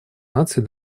наций